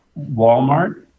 Walmart